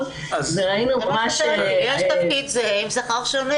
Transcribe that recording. וראינו מה ש- ----- יש תפקיד זהה עם שכר שווה.